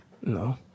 No